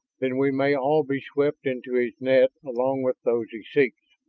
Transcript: then we may all be swept into his net along with those he seeks.